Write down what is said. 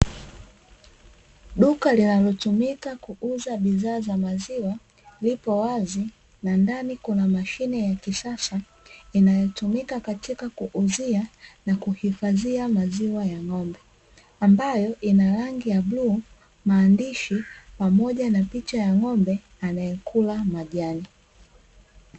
Duka linalotumika kuuza bidhaa za maziwa lipo wazi na ndani kuna mashine ya kisasa inayotumika katika kuuzia na kuhifadhia maziwa ya ng'ombe, ambayo ina rangi ya bluu, maandishi pamoja na picha ya ng'ombe anayekula majani.